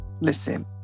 listen